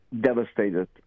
devastated